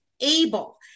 able